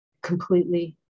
completely